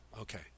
Okay